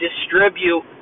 distribute